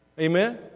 Amen